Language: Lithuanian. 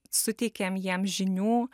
suteikiam jiems žinių